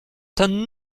ten